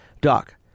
Doc